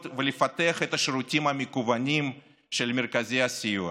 ולפתח את השירותים המקוונים של מרכזי הסיוע.